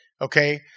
Okay